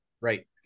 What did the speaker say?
right